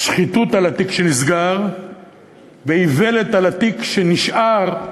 שחיתות על התיק שנסגר ואיוולת על התיק שנשאר,